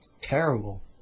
terrible